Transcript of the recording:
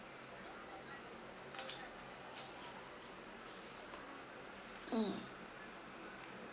mm